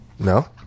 No